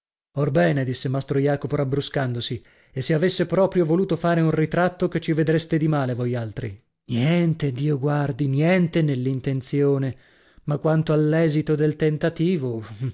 orbene disse mastro jacopo rabbruscandosi e se avesse proprio voluto fare un ritratto che ci vedreste di male voi altri niente dio guardi niente nell'intenzione ma quanto all'esito del tentativo